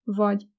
vagy